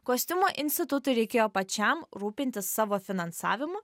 kostiumo institutui reikėjo pačiam rūpintis savo finansavimu